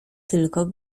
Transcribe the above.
tylko